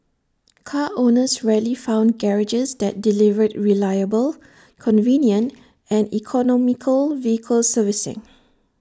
car owners rarely found garages that delivered reliable convenient and economical vehicle servicing